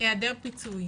היעדר פיצוי,